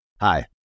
Hi